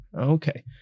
okay